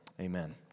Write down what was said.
Amen